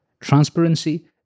transparency